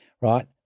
right